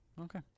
Okay